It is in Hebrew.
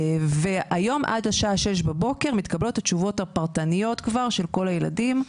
היום עד השעה 6:00 בבוקר מתקבלות התשובות הפרטניות כבר של כל הילדים.